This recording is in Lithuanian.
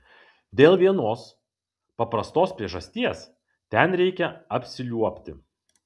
dėl vienos paprastos priežasties ten reikia apsiliuobti